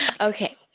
Okay